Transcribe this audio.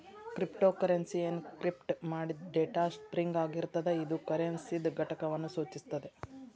cryptocurrency encrypt ಮಾಡಿದ್ data string ಆಗಿರ್ತದ ಇದು ಕರೆನ್ಸಿದ್ ಘಟಕವನ್ನು ಸೂಚಿಸುತ್ತದೆ